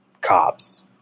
cops